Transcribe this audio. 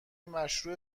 مشروح